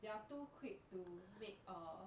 they are too quick to make err